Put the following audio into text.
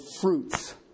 fruits